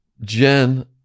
Jen